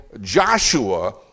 Joshua